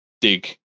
dig